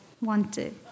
wanted